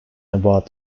about